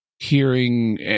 hearing